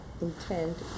intent